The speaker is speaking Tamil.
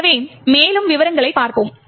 எனவே மேலும் விவரங்களைப் பார்ப்போம்